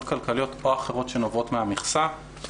כלכליות או אחרות שנובעות מהמכסה.